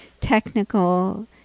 technical